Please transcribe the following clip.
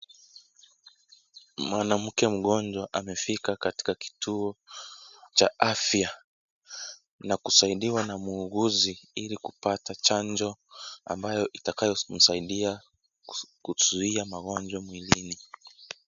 Mwanamke mgonjwa amefika katika kituo cha afya na kusaidiwa na muuguzi ili kupata chanjo ambayo itakayo saidia kuzuia magonjwa mengine .